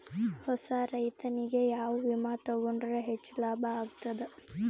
ಹೊಸಾ ರೈತನಿಗೆ ಯಾವ ವಿಮಾ ತೊಗೊಂಡರ ಹೆಚ್ಚು ಲಾಭ ಆಗತದ?